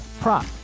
prop